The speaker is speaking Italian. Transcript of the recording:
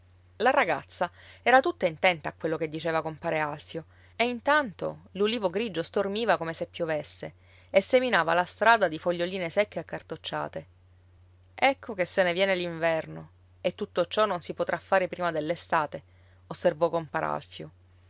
la ragazza era tutta intenta a quello che diceva compare alfio e intanto l'ulivo grigio stormiva come se piovesse e seminava la strada di foglioline secche accartocciate ecco che se ne viene l'inverno e tutto ciò non si potrà fare prima dell'estate osservò compar alfio